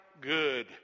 good